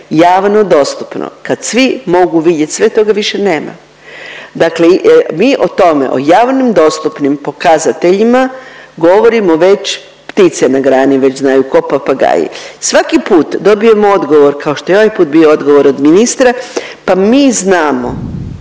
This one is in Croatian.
javno dostupno, kad svi mogu vidjet sve toga više nema. Dakle mi o tome, o javnim dostupnim pokazateljima govorimo već, ptice na grani već znaju, ko papagaji. Svaki put dobijemo odgovor kao što je i ovaj put bio odgovor od ministra, pa mi znamo.